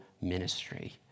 ministry